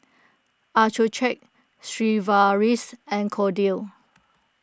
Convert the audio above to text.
Accucheck Sigvaris and Kordel's